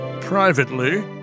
Privately